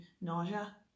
nausea